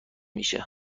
میشه